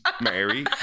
Mary